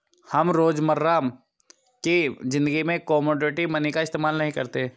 हम रोजमर्रा की ज़िंदगी में कोमोडिटी मनी का इस्तेमाल नहीं करते